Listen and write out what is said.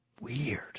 weird